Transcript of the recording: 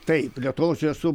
taip lietuvos esu